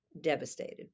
devastated